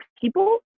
people